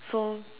so